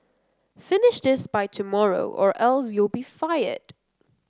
finish this by tomorrow or else you'll be fired